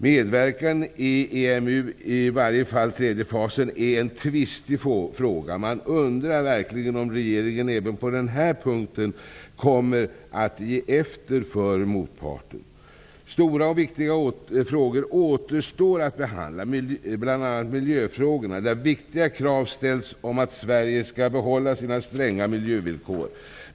Medverkan i EMU -- i alla fall i tredje fasen -- utgör en tvistig fråga. Jag undrar verkligen om regeringen även på denna punkt kommer att ge efter för motparten. Stora och viktiga frågor återstår att behandla, bl.a. miljöfrågorna. Viktiga krav på att Sverige skall få behålla sina stränga miljövillkor har ställts.